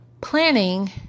planning